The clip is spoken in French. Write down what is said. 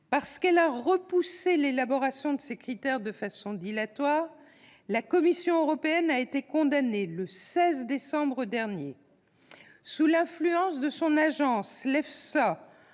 Parce qu'elle a repoussé l'élaboration de ces critères de façon dilatoire, la Commission européenne a été condamnée le 16 décembre dernier. Sous l'influence de l'EFSA,